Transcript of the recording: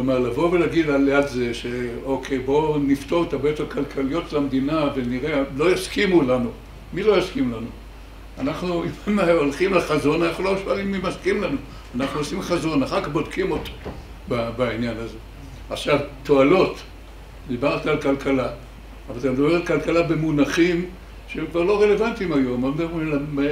‫כלומר, לבוא ולהגיד על יד זה, ‫שאוקיי, בואו נפתור את הבעיות ‫הכלכליות למדינה ונראה, ‫לא יסכימו לנו. ‫מי לא יסכים לנו? ‫אנחנו, אם הולכים לחזון, ‫אנחנו לא שואלים מי מסכים לנו. ‫אנחנו עושים חזון, ‫אחר כך בודקים אותו בעניין הזה. ‫עכשיו, תועלות. ‫דיברת על כלכלה, ‫אבל אתה מדבר על כלכלה במונחים ‫שהם כבר לא רלוונטיים היום, ‫הם מדברים על...